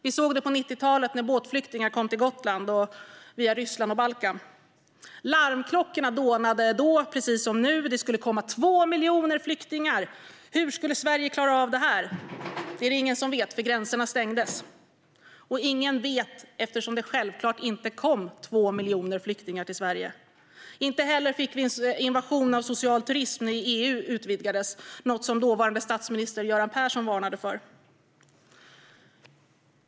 Vi såg det på 90-talet, när båtflyktingar kom till Gotland via Ryssland och Balkan. Larmklockorna dånade då, precis som nu. Det skulle komma 2 miljoner flyktingar. Hur skulle Sverige klara av det? Det är det ingen som vet, för gränserna stängdes. Ingen vet, eftersom det självklart inte kom 2 miljoner flyktingar till Sverige. Inte heller fick vi en invasion av social turism när EU utvidgades, något som dåvarande statsminister Göran Persson varnade för.